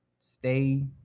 stay